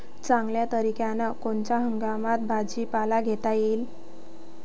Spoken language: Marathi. चांगल्या तरीक्यानं कोनच्या हंगामात भाजीपाला घेता येईन?